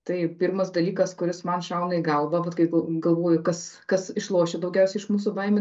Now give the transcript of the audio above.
tai pirmas dalykas kuris man šauna į galvą bet kai galvoju kas kas išlošia daugiausiai iš mūsų baimių